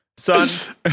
Son